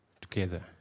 together